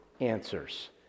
answers